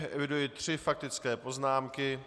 Eviduji tři faktické poznámky.